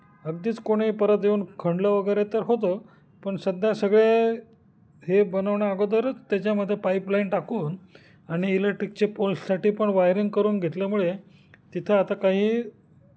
अगदीच कोणी परत येऊन खणलं वगैरे तर होतं पण सध्या सगळे हे बनवण्या अगोदरच त्याच्यामध्ये पाईपलाईन टाकून आणि इलेक्ट्रिकचे पोल्ससाठी पण वायरिंग करून घेतल्यामुळे तिथं आता काही